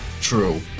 True